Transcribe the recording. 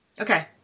Okay